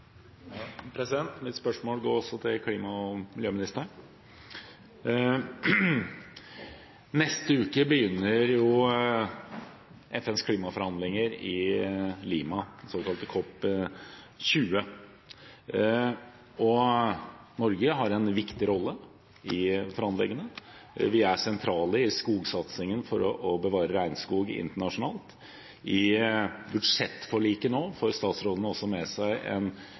Mitt spørsmål går også til klima- og miljøministeren. Neste uke begynner FNs klimaforhandlinger i Lima, det såkalte COP 20, og Norge har en viktig rolle i forhandlingene. Vi er sentrale i skogsatsingen – for å bevare regnskog internasjonalt. I budsjettforliket får statsråden nå også med seg en